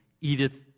Edith